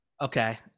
okay